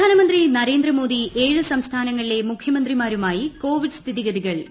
പ്രധാനമന്ത്രി നരേന്ദ്രമോദി ഏഴ് സംസ്ഥാനങ്ങളിലെ മുഖ്യമന്ത്രിമാരുമായി കോവിഡ് സ്ഥിതിഗതികൾ വിലയിരുത്തി